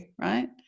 Right